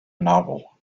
novel